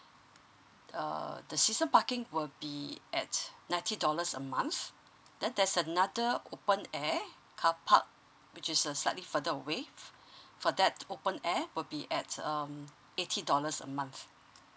uh the season parking will be at ninety dollars a month then there's another open air carpark which is a slightly further away for that open air will be at um eighty dollars a month